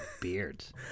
beards